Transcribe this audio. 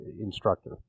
instructor